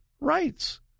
rights